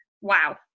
Wow